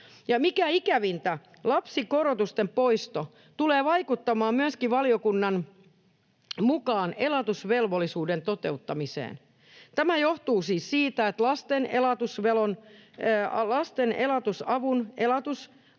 Mikä ikävintä, lapsikorotusten poisto tulee vaikuttamaan valiokunnan mukaan myöskin elatusvelvollisuuden toteuttamiseen. Tämä johtuu siis siitä, että lasten elatusavun